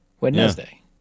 Wednesday